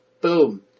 boom